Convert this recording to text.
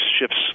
shifts